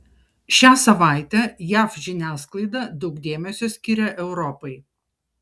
šią savaitę jav žiniasklaida daug dėmesio skiria europai